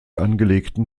angelegten